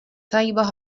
tajba